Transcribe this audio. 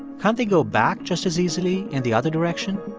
can't they go back just as easily in the other direction?